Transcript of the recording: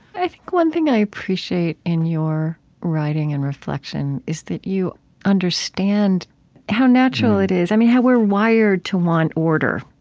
i think one thing i appreciate in your writing and reflection is that you understand how natural it is, i mean, how we're wired to want order.